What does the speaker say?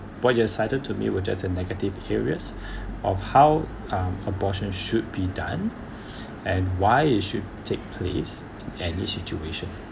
what you've cited to me was just a negative areas of how um abortion should be done and why it should take place in any situation